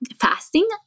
fasting